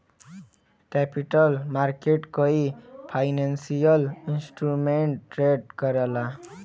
capital market कई financial instrument trade करला